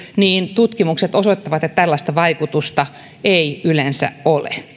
tutkimukset osoittavat että tällaista vaikutusta ei yleensä ole